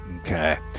Okay